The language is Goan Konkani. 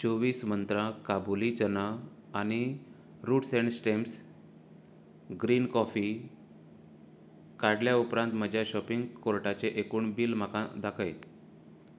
चोव्वीस मंत्रा काबुली चना आनी रुट्स अँड स्टेम्स न कॉफी काडल्या उपरांत म्हज्या शॉपिंग कोर्टाचें एकूण बिल म्हाका दाखय